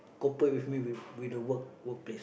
cooperation with me with with the work workplace